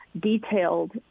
detailed